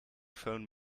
phone